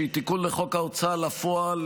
שהיא תיקון לחוק ההוצאה לפועל,